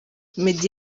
meddy